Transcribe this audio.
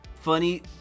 Funny